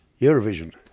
Eurovision